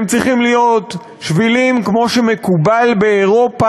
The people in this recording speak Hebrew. הם צריכים להיות שבילים כמו שמקובל באירופה,